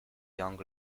young